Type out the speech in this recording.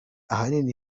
ahanini